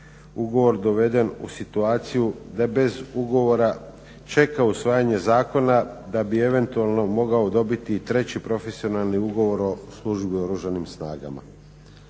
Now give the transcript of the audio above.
ugovor doveden u situaciju da bez ugovora čeka usvajanje zakona da bi eventualno mogao dobiti i treći profesionalni ugovor o službi u Oružanim snagama.